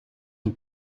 een